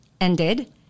ended